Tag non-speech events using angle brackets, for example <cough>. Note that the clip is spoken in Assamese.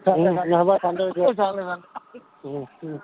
<unintelligible>